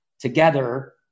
together